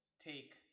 take